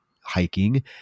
hiking